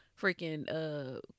freaking